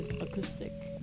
acoustic